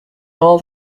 all